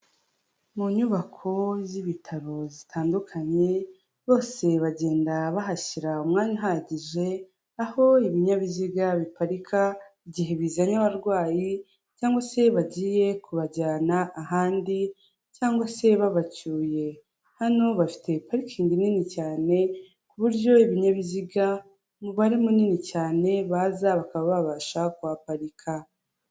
Mu nyubako z'ibitaro zitandukanye, bose bagenda bahashyira umwanya uhagije, aho ibinyabiziga biparika, igihe bizanye abarwayi cg se bagiye kubajyana ahandi cg se babacyuye, hano bafite parikingi nini cyane ku buryo ibinyabiziga umubare munini cyane baza bakabababasha kuhaparika.